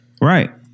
Right